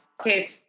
Okay